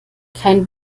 kein